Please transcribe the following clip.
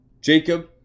Jacob